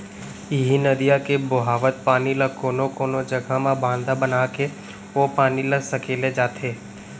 इहीं नदिया के बोहावत पानी ल कोनो कोनो जघा म बांधा बनाके ओ पानी ल सकेले जाथे